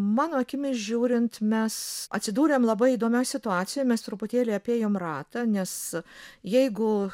mano akimis žiūrint mes atsidūrėm labai įdomioj situacijoj mes truputėlį apėjom ratą nes jeigu